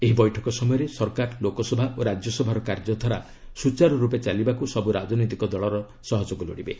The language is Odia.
ଏହି ବୈଠକ ସମୟରେ ସରକାର ଲୋକସଭା ଓ ରାଜ୍ୟସଭାର କାର୍ଯ୍ୟଧାରା ସୁଚାରୁ ରୂପେ ଚାଲିବାକୁ ସବୁ ରାଜନୈତିକ ଦଳର ସହଯୋଗ ଲୋଡ଼ିବେ